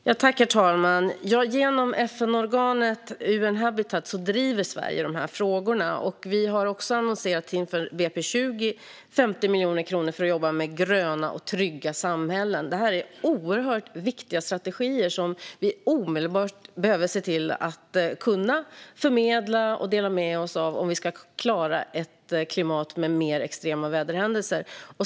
Herr talman! Ja, genom FN-organet UN-Habitat driver Sverige dessa frågor. Vi har inför budgetpropositionen 2020 också aviserat 50 miljoner kronor för att jobba med gröna och trygga samhällen. Detta är oerhört viktiga strategier som vi omedelbart behöver se till att kunna förmedla och dela med oss av om vi ska klara av ett klimat med mer extrema väderhändelser.